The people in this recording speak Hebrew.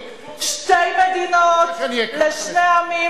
שתי מדינות לשני עמים,